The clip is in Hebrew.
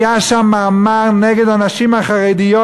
היה שם מאמר נגד הנשים החרדיות.